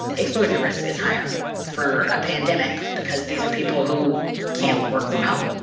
exposure risk is higher for a pandemic because these are people who can't work from home